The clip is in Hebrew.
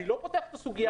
אני לא פותח את הסוגיה הזאת.